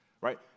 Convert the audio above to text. right